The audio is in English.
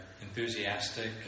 enthusiastic